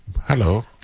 Hello